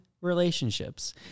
relationships